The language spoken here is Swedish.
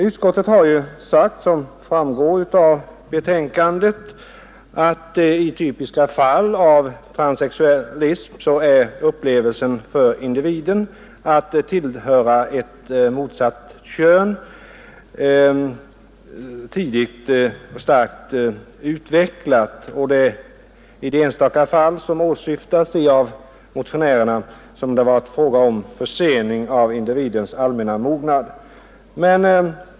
Utskottet säger i betänkandet att i typiska fall av transsexualism är upplevelsen för individen att tillhöra ett motsatt kön tidigt starkt utvecklad. I de enstaka fall som motionärerna åsyftar har det varit fråga om en försening av individens allmänna mognad.